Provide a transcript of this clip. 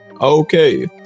Okay